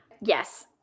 Yes